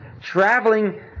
traveling